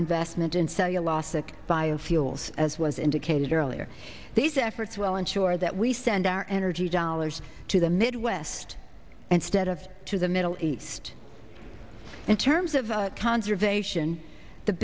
investment and so your loss of biofuels as was indicated earlier these efforts will ensure that we send our energy dollars to the midwest and stead of to the middle east in terms of conservation the